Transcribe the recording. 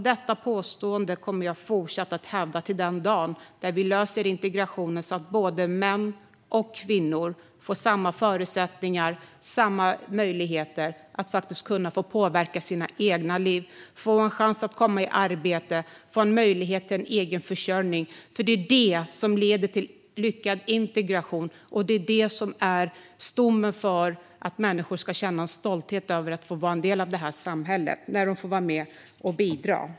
Detta påstående kommer jag att fortsätta att föra fram till den dag vi löser integrationen, så att män och kvinnor får samma förutsättningar och möjligheter att påverka sina egna liv, får en chans att komma i arbete och får möjlighet till egen försörjning. Det är detta som leder till lyckad integration och som är stommen: att människor får känna stolthet över att få vara en del av samhället och får vara med och bidra.